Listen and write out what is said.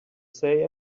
say